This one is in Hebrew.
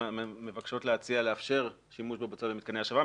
מבקשות להציע לאפשר שימוש בבוצה במתקני השבה.